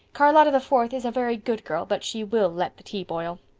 charlotta the fourth is a very good girl but she will let the tea boil.